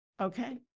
Okay